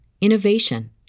innovation